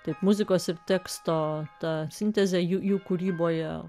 taip muzikos ir teksto ta sintezė jų kūryboje